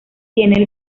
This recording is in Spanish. tiene